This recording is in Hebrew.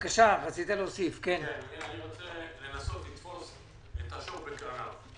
אני רוצה לנסות לתפוס את השור בקרניו.